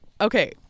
okay